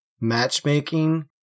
matchmaking